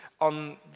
on